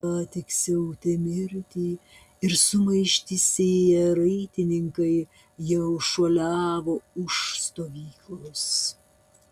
ką tik siautę mirtį ir sumaištį sėję raitininkai jau šuoliavo už stovyklos